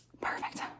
Perfect